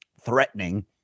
threatening